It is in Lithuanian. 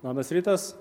labas rytas